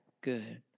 Good